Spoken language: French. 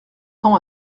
tend